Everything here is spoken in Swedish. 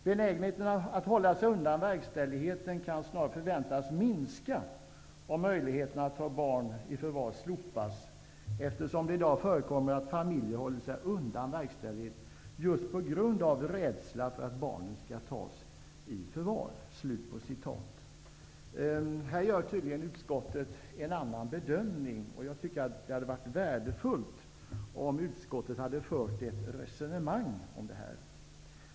Benägenheten att hålla sig undan verkställigheten kan snarare förväntas minska, om möjligheterna att ta barn i förvar slopas, eftersom det i dag förekommer att familjer håller sig undan verkställighet just på grund av rädsla för att barnen skall tas i förvar.'' Här gör tydligen utskottet en annan bedömning, och jag tycker att det hade varit värdefullt, om utskottet hade fört ett resonemang om detta.